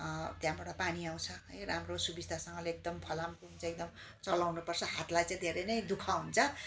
त्यहाँबाट पानी आउँछ है राम्रो सुविस्तासँगले एकदम फलामको जुन चाहिँ एकदम चलाउनुपर्छ हातलाई चाहिँ धेरै नै दुःख हुन्छ